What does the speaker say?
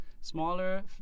smaller